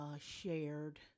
shared